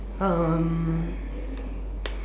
um